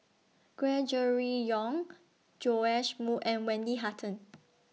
Gregory Yong Joash Moo and Wendy Hutton